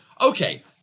Okay